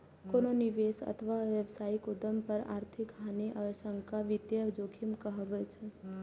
कोनो निवेश अथवा व्यावसायिक उद्यम पर आर्थिक हानिक आशंका वित्तीय जोखिम कहाबै छै